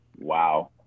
Wow